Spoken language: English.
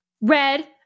red